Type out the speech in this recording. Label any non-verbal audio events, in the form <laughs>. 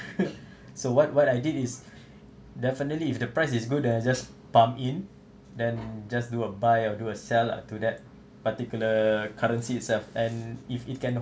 <laughs> so what what I did is definitely if the price is good then I just pump in then just do a buy or do a sell lah to that particular currency itself and if it cannot